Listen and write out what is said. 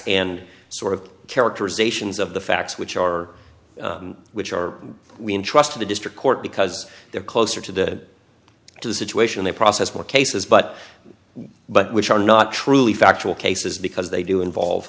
and sort of characterizations of the facts which are which are we entrust to the district court because they're closer to the to the situation they process more cases but but which are not truly factual cases because they do involve